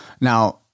Now